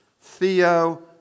theo